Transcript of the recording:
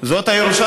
זאת הירושה